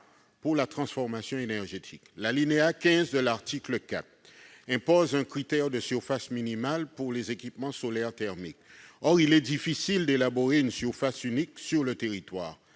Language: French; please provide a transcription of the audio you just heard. pour la transition énergétique. L'alinéa 15 de l'article 4 impose un critère de surface minimale pour les équipements solaires thermiques. Or il est difficile de fixer une surface unique pour l'ensemble